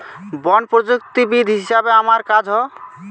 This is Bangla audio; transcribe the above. বন প্রযুক্তিবিদ হিসাবে আমার কাজ হ